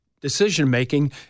decision-making